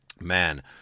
man